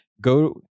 go